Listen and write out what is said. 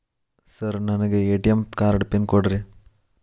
Sir ನನಗೆ ATM card PIN ಕೊಡ್ರಿ?